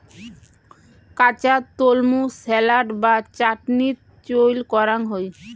কাঁচা তলমু স্যালাড বা চাটনিত চইল করাং হই